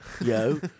Yo